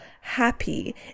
happy